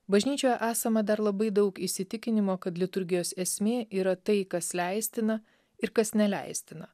bažnyčioje esama dar labai daug įsitikinimo kad liturgijos esmė yra tai kas leistina ir kas neleistina